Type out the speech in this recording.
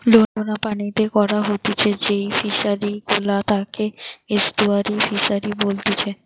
লোনা পানিতে করা হতিছে যেই ফিশারি গুলা তাকে এস্টুয়ারই ফিসারী বলেতিচ্ছে